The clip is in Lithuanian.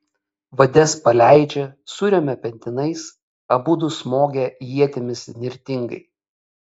vades paleidžia suremia pentinais abudu smogia ietimis nirtingai